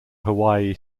hawaii